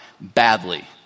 badly